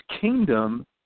kingdom